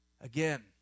Again